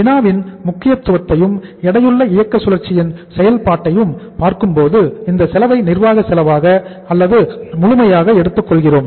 வினாவின் முக்கியத்துவத்தையும் எடையுள்ள இயக்க சுழற்சியின் செயல்பாட்டையும் பார்க்கும்போது இந்த செலவை நிர்வாக செலவாக அல்லது முழுமையாக எடுத்துக் கொள்கிறோம்